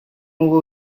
over